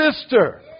sister